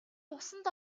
усанд